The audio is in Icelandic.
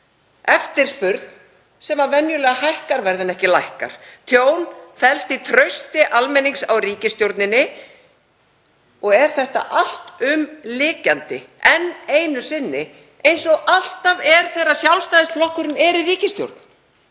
eftirspurn sem venjulega hækkar verð en ekki lækkar. Tjón felst í vantrausti almennings á ríkisstjórninni og er þetta alltumlykjandi, enn einu sinni, eins og alltaf er þegar Sjálfstæðisflokkurinn er í ríkisstjórn.